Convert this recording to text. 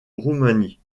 roumanie